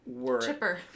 Chipper